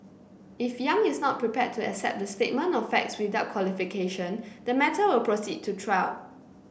if Yang is not prepared to accept the statement of facts without qualification the matter will proceed to trial